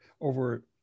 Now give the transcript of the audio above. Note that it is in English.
over